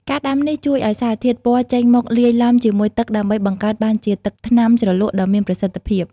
ការដាំនេះជួយឱ្យសារធាតុពណ៌ចេញមកលាយឡំជាមួយទឹកដើម្បីបង្កើតបានជាទឹកថ្នាំជ្រលក់ដ៏មានប្រសិទ្ធភាព។